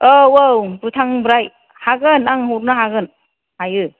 औ औ भुटाननिफ्राय हागोन आं हरनो हागोन हायो